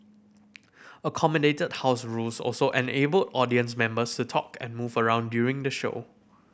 accommodated house rules also enabled audience members to talk and move around during the show